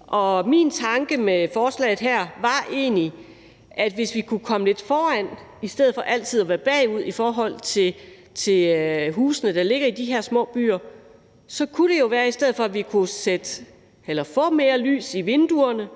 og min tanke med forslaget her var egentlig, at hvis vi kunne komme lidt foran i stedet for altid at være bagud i forhold til de huse, der ligger i de her små byer, så kunne det jo være, at vi kunne få mere lys i vinduerne